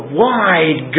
wide